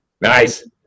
Nice